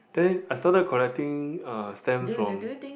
then I started collecting uh stamps from